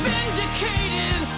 Vindicated